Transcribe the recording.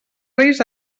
reis